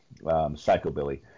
psychobilly